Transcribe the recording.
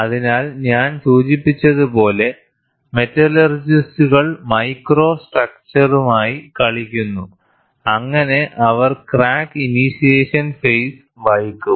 അതിനാൽ ഞാൻ സൂചിപ്പിച്ചതുപോലെ മെറ്റലർജിസ്റ്റുകൾ മൈക്രോ സ്ട്രക്ചറുമായി കളിക്കുന്നു അങ്ങനെ അവർ ക്രാക്ക് ഇനീഷ്യേഷൻ ഫേസ് വൈകും